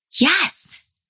yes